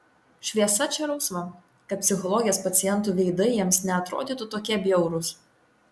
šviesa čia rausva kad psichologės pacientų veidai jiems neatrodytų tokie bjaurūs